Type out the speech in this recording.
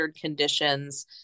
conditions